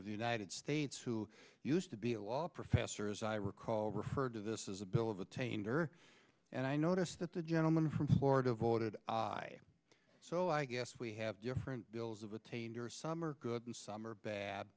the united states who used to be a law professor as i recall referred to this is a bill of attainder and i notice that the gentleman from florida voted aye so i guess we have different bills of attainder some are good and some are bad